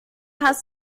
hast